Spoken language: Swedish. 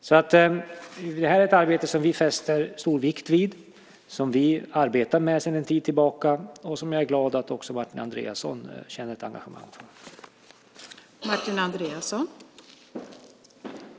Detta är alltså ett arbete som vi fäster stor vikt vid och som vi arbetar med sedan en tid tillbaka, och som jag är glad att också Martin Andreasson känner ett engagemang för.